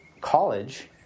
college